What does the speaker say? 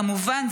כמובן,